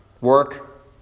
Work